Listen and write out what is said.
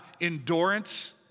Endurance